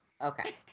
Okay